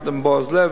יחד עם בועז לב,